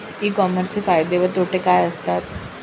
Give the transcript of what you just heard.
E कॉमर्सचे फायदे व तोटे काय असतात?